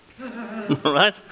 right